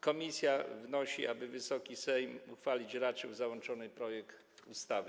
Komisja wnosi, aby Wysoki Sejm uchwalić raczył załączony projekt ustawy.